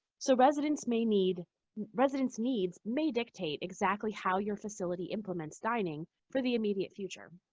so residents may need residents' needs may dictate exactly how your facility implements dining for the immediate future.